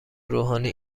روحانی